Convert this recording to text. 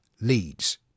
leads